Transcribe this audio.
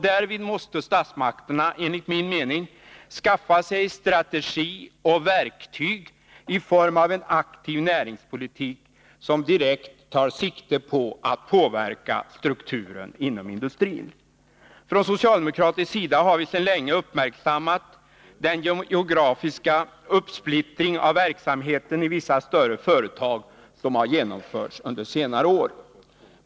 Därvid måste statsmakterna enligt min mening skaffa sig strategi och verktyg i form av aktiv näringspolitik, som direkt tar sikte på att påverka strukturen inom industrin, Från socialdemokratisk sida har vi sedan länge uppmärksammat den geografiska uppsplittring av verksamheten som genomförts under senare år i vissa större företag.